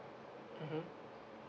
mmhmm